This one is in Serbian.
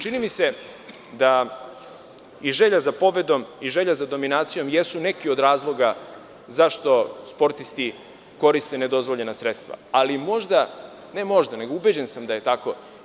Čini mi se da i želja za pobedom i želja za dominacijom jesu neki od razloga zašto sportisti koriste nedozvoljena sredstva, ali ubeđen sam da je tako.